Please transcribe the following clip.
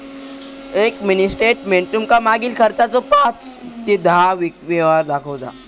एक mini statement तुमका मागील खर्चाचो पाच ते दहा व्यवहार दाखवता